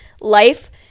life